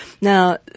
Now